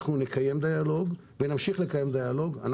אנחנו נקיים דיאלוג ונמשיך לקיים דיאלוג.